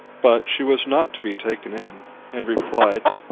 but she was not to be taken in, and replied,